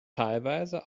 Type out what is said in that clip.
teilweise